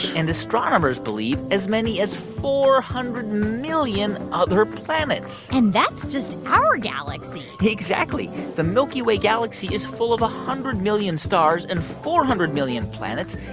and, astronomers believe, as many as four hundred million other planets and that's just our galaxy exactly. the milky way galaxy is full of one hundred million stars and four hundred million planets.